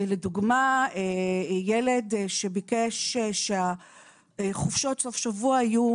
לדוגמה ילד שביקש שחופשות סוף שבוע יהיו